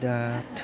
दा